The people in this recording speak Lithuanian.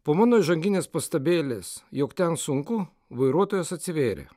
po mano įžanginės pastabėlės jog ten sunku vairuotojas atsivėrė